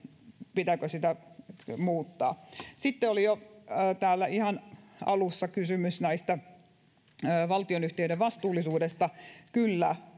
pitääkö sitä muuttaa sitten oli jo täällä ihan alussa kysymys valtionyhtiöiden vastuullisuudesta kyllä